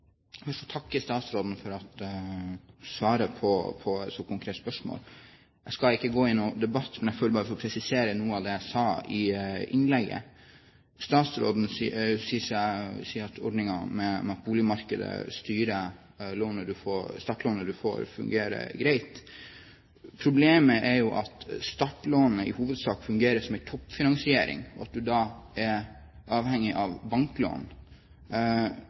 takke statsråden for at hun svarer på et så konkret spørsmål. Jeg skal ikke gå inn i noen debatt, men jeg føler bare jeg må få presisere noe av det jeg sa i innlegget. Statsråden sier at ordningen med at boligmarkedet styrer startlånet du får, fungerer greit. Problemet er jo at startlånet i hovedsak fungerer som en toppfinansiering, og at du da er avhengig av banklån.